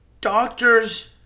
doctors